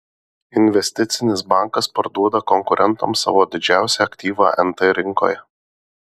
investicinis bankas parduoda konkurentams savo didžiausią aktyvą nt rinkoje